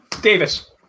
Davis